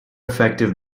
effective